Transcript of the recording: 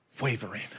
wavering